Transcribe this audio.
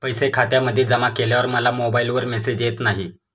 पैसे खात्यामध्ये जमा केल्यावर मला मोबाइलवर मेसेज येत नाही?